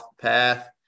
path